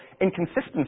inconsistency